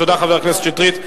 תודה, חבר הכנסת שטרית.